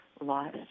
loss